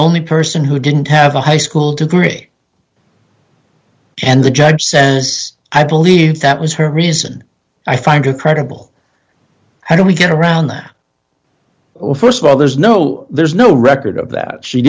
only person who didn't have a high school degree and the judge says i believe that was her reason i find it credible how do we get around that st of all there's no there's no record of that she